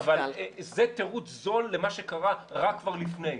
אבל זה תירוץ זול למה שקרה רע כבר לפני.